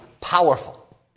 powerful